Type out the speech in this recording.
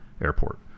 Airport